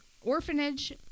orphanage